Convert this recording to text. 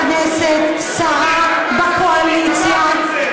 חברי הכנסת, שרה בקואליציה, תצא.